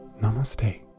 Namaste